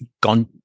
gone